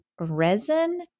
resin